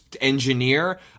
engineer